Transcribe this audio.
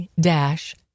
dash